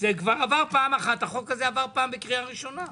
החוק הזה עבר פעם אחת בקריאה ראשונה.